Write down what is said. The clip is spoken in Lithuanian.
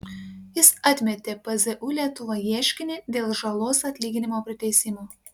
jis atmetė pzu lietuva ieškinį dėl žalos atlyginimo priteisimo